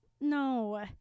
No